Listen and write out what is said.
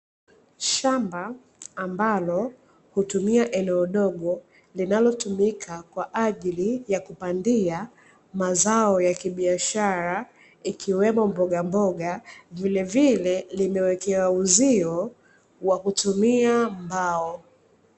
Shamba ambalo hutumia eneo dogo linalotumika kwa ajili ya kupandia mazao ya kibiashara ikiwemo mbogamboga, vilevile limewekewa uzio wa kutumia mbao.